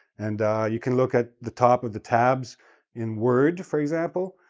and you can look at the top of the tabs in word, for example,